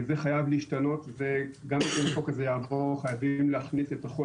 זה חייב להשתנות וגם אם החוק הזה יעבור חייבים להכניס לפחות